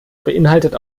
beinhaltet